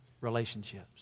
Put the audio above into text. relationships